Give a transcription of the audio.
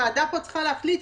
הוועדה צריכה להחליט,